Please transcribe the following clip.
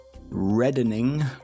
Reddening